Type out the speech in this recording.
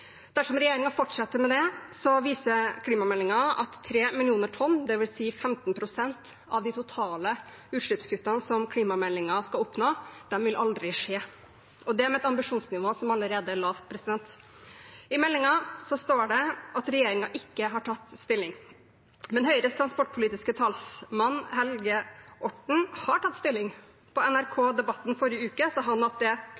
Dersom regjeringen fortsetter med det, viser klimameldingen at 3 mill. tonn, dvs. 15 pst. av de totale utslippskuttene som man ifølge klimameldingen skal oppnå, aldri vil skje – og det med et ambisjonsnivå som allerede er lavt. I meldingen står det at regjeringen ikke har tatt stilling, men Høyres transportpolitiske talsmann, Helge Orten, har tatt stilling. I Debatten på NRK